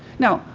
now,